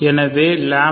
எனவே λ 0